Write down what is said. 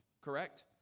correct